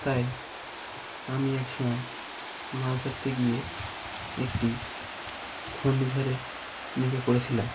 তাই আমি এক সময় মাছ ধরতে গিয়ে একটি ঘূর্ণিঝড়ের মুখে পড়েছিলাম